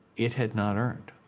it had not earned.